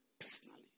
personally